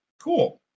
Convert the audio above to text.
Cool